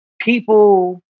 people